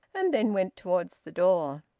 and then went towards the door.